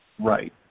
Right